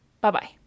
Bye-bye